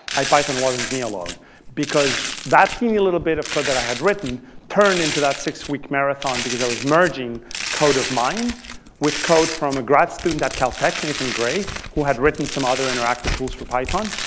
ipython wasn't me alone because that tiny little bit of code that i had written turned into that six-week marathon because i was merging code of mine with code from a grad student at caltech, nathan gray, who had written some other interactive tools for python,